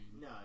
No